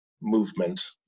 movement